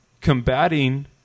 combating